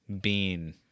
Bean